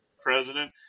president